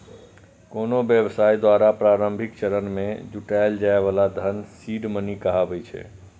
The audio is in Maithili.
कोनो व्यवसाय द्वारा प्रारंभिक चरण मे जुटायल जाए बला धन सीड मनी कहाबै छै